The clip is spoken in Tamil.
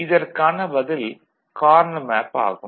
இதற்கான பதில் கார்னா மேப் ஆகும்